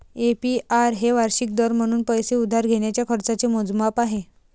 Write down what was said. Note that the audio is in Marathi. ए.पी.आर हे वार्षिक दर म्हणून पैसे उधार घेण्याच्या खर्चाचे मोजमाप आहे